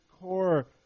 core